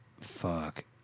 Fuck